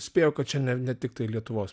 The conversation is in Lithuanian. spėju kad čia ne ne tiktai lietuvos